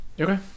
Okay